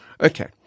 Okay